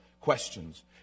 questions